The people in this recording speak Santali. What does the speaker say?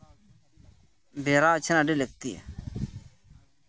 ᱵᱮᱣᱨᱟ ᱩᱪᱷᱟᱹᱱ ᱟᱹᱰᱤ ᱞᱟᱹᱠᱛᱤᱭᱟ